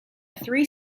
three